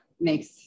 makes